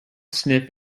sniff